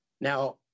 Now